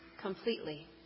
completely